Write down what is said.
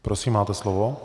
Prosím, máte slovo.